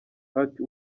ati